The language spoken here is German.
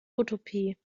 utopie